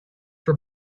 for